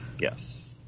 Yes